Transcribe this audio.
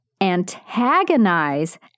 antagonize